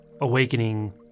awakening